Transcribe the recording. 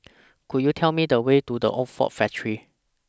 Could YOU Tell Me The Way to The Old Ford Factory